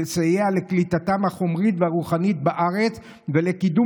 לסיוע לקליטתם החומרית והרוחנית בארץ ולקידום